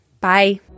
bye